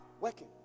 Working